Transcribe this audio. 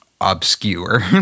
obscure